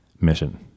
mission